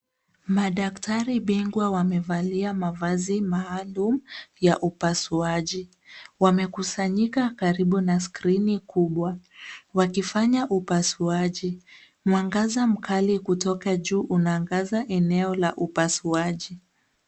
Madaktari bingwa wamevalia mavazi maalum ya upasuaji. Wamekusanyika karibu na skrini kubwa, wakifanya upasuaji. Mwangaza mkali kutoka juu unaangaza eneo la upasuaji.